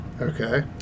Okay